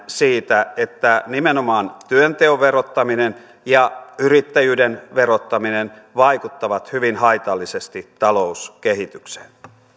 siitä että nimenomaan työnteon verottaminen ja yrittäjyyden verottaminen vaikuttavat hyvin haitallisesti talouskehitykseen